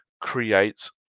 creates